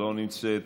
לא נמצאת,